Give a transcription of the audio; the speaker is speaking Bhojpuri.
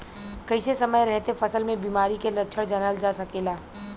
कइसे समय रहते फसल में बिमारी के लक्षण जानल जा सकेला?